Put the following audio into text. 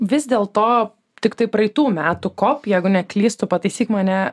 vis dėl to tiktai praeitų metų kop jeigu neklystu pataisyk mane